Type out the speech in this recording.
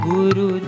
Guru